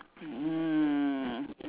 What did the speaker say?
mm